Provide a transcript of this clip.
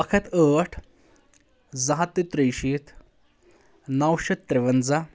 اَکھ ہَتھ ٲٹھ زٕ ہتھ تہٕ ترٛیٚیہِ شیٖتھ نو شیٚتھ ترٛوَنٛزاہ